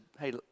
hey